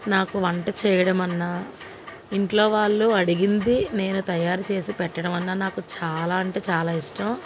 నాకు వంట చేయడం అన్నా ఇంట్లో వాళ్ళు అడిగింది నేను తయారు చేసి పెట్టడం అన్నా నాకు చాలా అంటే చాలా ఇష్టం